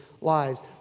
lives